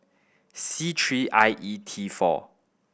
C three I E T four